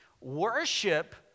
Worship